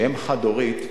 שאמהות חד-הוריות,